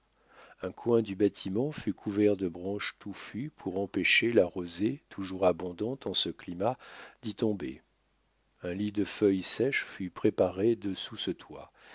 un coin du bâtiment fut couvert de branches touffues pour empêcher la rosée toujours abondante en ce climat d'y tomber un lit de feuilles sèches fut préparé dessous ce toit